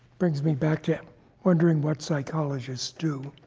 brings me back to wondering what psychologists do.